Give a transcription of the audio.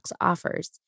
offers